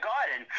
Garden